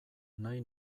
nahi